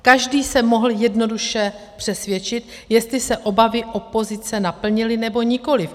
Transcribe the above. Každý se mohl jednoduše přesvědčit, jestli se obavy opozice naplnily, nebo nikoliv.